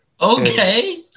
Okay